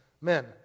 Men